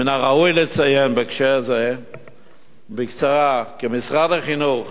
מן הראוי לציין בהקשר זה, בקצרה, כי משרד החינוך